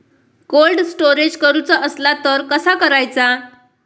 Cold storage करूचा असला तर कसा करायचा?